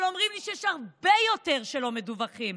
אבל אומרים לי שיש הרבה יותר שלא מדֻווחים.